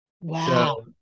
Wow